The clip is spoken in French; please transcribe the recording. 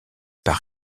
par